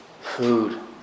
food